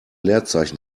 leerzeichen